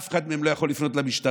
אף אחד מהם לא יכול לפנות למשטרה,